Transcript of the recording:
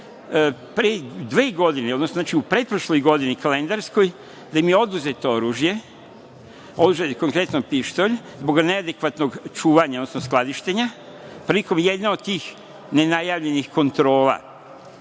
pre dve godine, znači u pretprošloj godini kalendarskoj, da im je oduzeto oružje, oduzet je konkretno pištolj zbog neadekvatnog čuvanja, odnosno skladištenja prilikom jedne od tih nenajavljenih kontrola.